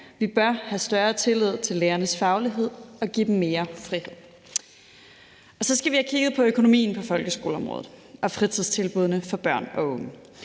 Vi bør have større tillid til lærernes faglighed og give dem mere frihed. Så skal vi have kigget på økonomien på folkeskoleområdet og fritidstilbuddene for børn og unge.